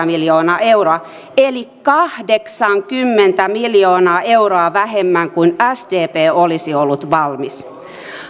miljoonaa euroa eli kahdeksankymmentä miljoonaa euroa vähemmän kuin mihin sdp olisi ollut valmis